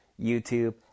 youtube